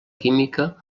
química